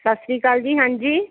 ਸਤਿ ਸ਼੍ਰੀ ਅਕਾਲ ਜੀ ਹਾਂਜੀ